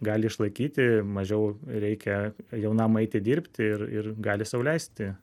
gali išlaikyti mažiau reikia jaunam eiti dirbti ir ir gali sau leisti